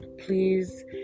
please